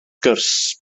gwrs